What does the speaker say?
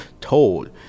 told